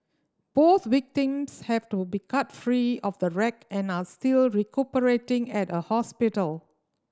both victims have to be cut free of the wreck and are still recuperating at a hospital